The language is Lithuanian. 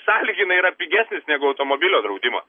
sąlyginai yra pigesnis negu automobilio draudimas